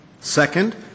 Second